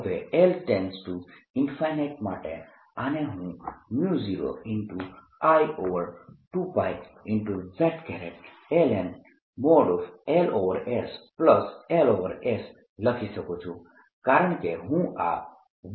હવે L માટે આને હું 0I2π z ln |LsLs લખી શકું છું કારણકે હું આ 1 ને અવગણી શકું છું